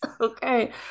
Okay